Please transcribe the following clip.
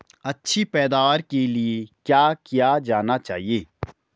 अच्छी पैदावार के लिए क्या किया जाना चाहिए?